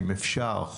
אם אפשר,